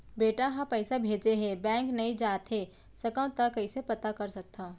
बेटा ह पइसा भेजे हे बैंक नई जाथे सकंव त कइसे पता कर सकथव?